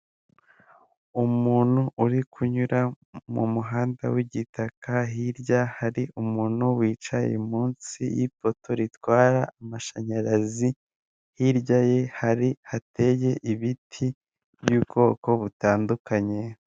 Umuntu uri kunyura mu muhanda w'igitaka hirya hari umuntu wicaye munsi y'ipoto ritwara amashanyarazi hirya ye hari hateye ibiti by'ubwoko butandukanye.